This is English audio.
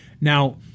now